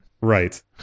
Right